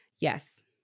Yes